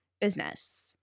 business